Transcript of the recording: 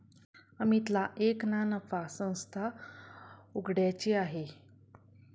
अमितला एक ना नफा संस्था उघड्याची आहे